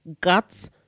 guts